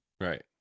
Right